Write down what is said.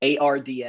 ARDS